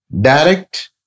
direct